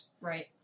Right